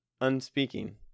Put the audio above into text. Unspeaking